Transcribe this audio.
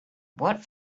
what